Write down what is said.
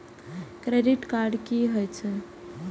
Credit card की हे छे?